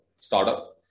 startup